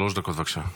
שלוש דקות, בבקשה.